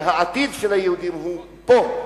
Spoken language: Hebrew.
שהעתיד של היהודים הוא פה,